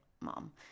mom